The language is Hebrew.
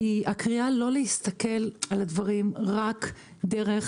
הקריאה היא לא להסתכל על הדברים רק דרך